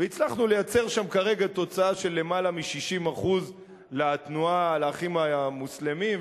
והצלחנו לייצר שם כרגע תוצאה של למעלה מ-60% ל"אחים המוסלמים",